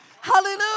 hallelujah